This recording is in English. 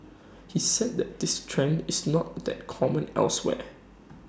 he said that this trend is not that common elsewhere